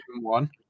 one